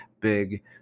big